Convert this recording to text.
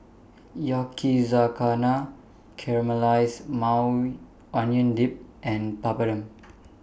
Yakizakana Caramelized Maui Onion Dip and Papadum